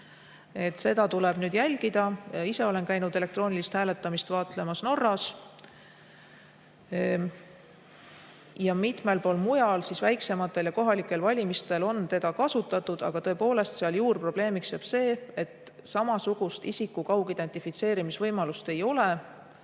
Seda tuleb nüüd jälgida. Ise olen ma käinud elektroonilist hääletamist vaatlemas Norras. Ka mitmel pool mujal on seda väiksematel ja kohalikel valimistel kasutatud. Aga juurprobleemiks jääb see, et samasugust isiku kaugidentifitseerimise võimalust ei ole